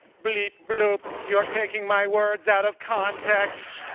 bleep, bloop, you're taking my words out of context!